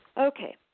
Okay